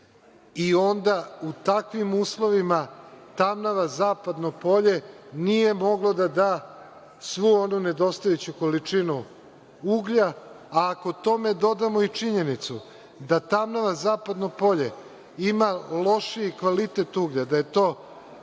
i onda u takvim uslovima „Tamnava-Zapadno polje“ nije moglo da da svu onu nedostajuću količinu uglja. Ako tome dodamo i činjenicu da „Tamnava-Zapadno polje“ ima lošiji kvalitet uglja, da je to